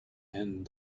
and